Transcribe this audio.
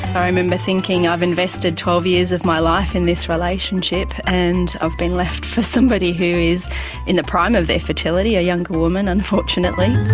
i remember thinking i've invested twelve years of my life in this relationship and i've been left for somebody who is in the prime of their fertility, a younger woman unfortunately.